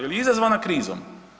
Jel je izazvana krizom.